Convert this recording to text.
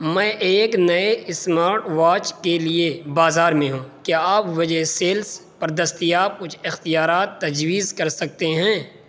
میں ایک نئے اسمارٹ واچ کے لیے بازار میں ہوں کیا آپ وجے سیلس پر دستیاب کچھ اختیارات تجویز کر سکتے ہیں